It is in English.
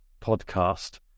podcast